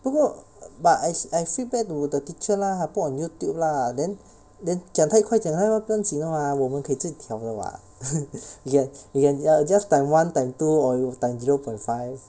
不过 but I I feedback to the teacher lah put on youtube lah then then 讲太快讲太快不要紧的 mah 我们可以自己调的 [what] you can you can just time one time two or you time zero point five